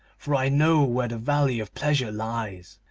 for i know where the valley of pleasure lies,